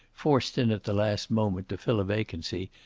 forced in at the last moment to fill a vacancy,